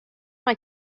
mae